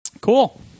Cool